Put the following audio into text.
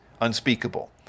unspeakable